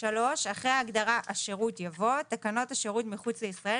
אחרי ההגדרה "השירות" יבוא: "תקנות השירות מחוץ לישראל"